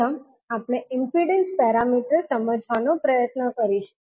પ્રથમ આપણે impedance parameters ને સમજવાનો પ્રયત્ન કરીશું